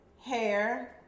hair